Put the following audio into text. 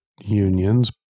unions